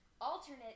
alternate